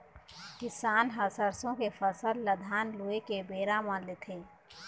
किसान ह सरसों के फसल ल धान लूए के बेरा म लेथे